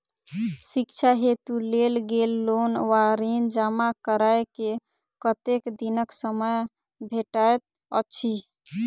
शिक्षा हेतु लेल गेल लोन वा ऋण जमा करै केँ कतेक दिनक समय भेटैत अछि?